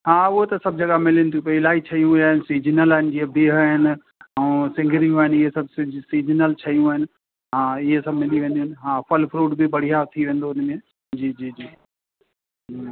हा उअं त सभु जॻह मिलनि थी पेयूं इलाही शयूं आहिनि सीज़नल आहिनि जीअं बिहु आहिनि ऐं सिंगरियूं आहिनि इअं सभु सीज सीजनल शयूं आहिनि हा इअं सभु मिली वेंदियूं आहिनि हा फ़ल फ़्रूट बि बढ़िया थी वेंदो हुन में जी जी जी हम्म